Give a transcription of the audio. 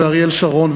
ואריאל שרון,